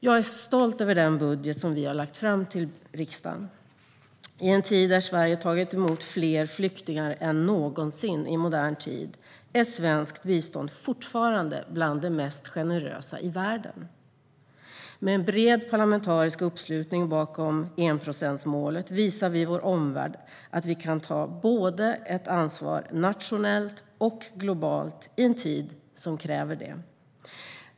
Jag är stolt över den budget som vi har lagt fram till riksdagen. I en tid där Sverige tagit emot fler flyktingar än någonsin i modern tid är svenskt bistånd fortfarande bland de mest generösa i världen. Med en bred parlamentarisk uppslutning bakom enprocentsmålet visar vi vår omvärld att vi kan ta ansvar både nationellt och globalt i en tid som kräver det.